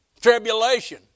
Tribulation